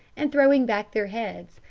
and throwing back their heads,